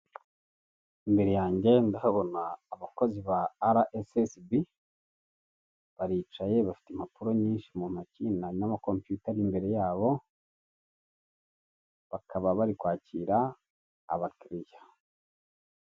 Imbere yanjye ndahabona abakozi ba RSSB baricaye bafite impapuro nyinshi mu ntoki nama computer ari imbere yabo bakaba bari kwakira abakiliriya.